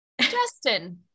Justin